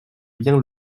bien